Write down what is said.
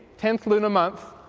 tenth lunar month,